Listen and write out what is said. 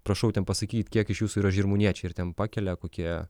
prašau ten pasakyt kiek iš jūsų yra žirmūniečiai ir ten pakelia kokie